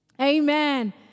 Amen